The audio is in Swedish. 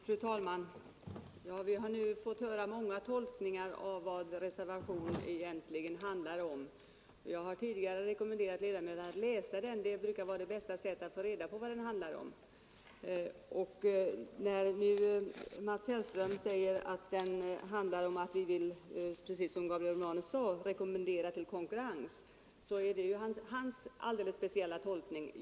Fru talman! Vi har nu fått höra många tolkningar av vad reservationen 1 egentligen handlar om. Jag har tidigare rekommenderat kammarens ledamöter att läsa den. Det brukar vara det bästa sättet att få reda på innehållet. Mats Hellström påstår nu att reservationen handlar om att vi vill rekommendera konkurrens, men det är hans egen speciella tolkning.